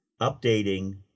updating